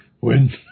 win